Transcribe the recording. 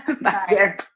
Bye